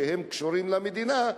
שקשורים למדינה,